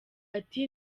ati